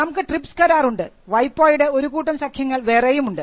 നമുക്ക് ട്രിപ്സ് കരാർ ഉണ്ട് വൈപോയുടെ ഒരുകൂട്ടം സഖ്യങ്ങൾ വേറെയുമുണ്ട്